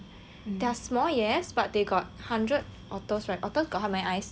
they are small yes but they got hundred otters right otters got how many eyes